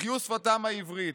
החיו שפתם העברית,